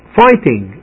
fighting